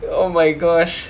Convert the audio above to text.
oh my gosh